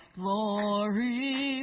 glory